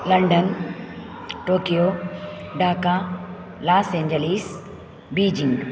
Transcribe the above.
London Tokyo Dhaka Los Angeles Beijing